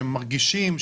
שמרגישים,